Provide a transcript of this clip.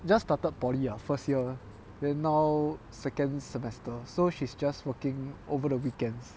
just started polytechnic ah first year then now second semester so she's just working over the weekends